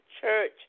Church